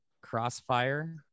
Crossfire